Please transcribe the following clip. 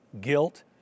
guilt